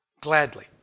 gladly